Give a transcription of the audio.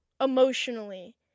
emotionally